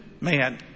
man